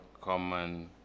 common